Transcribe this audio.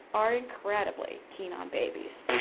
are incredibly keen on babies.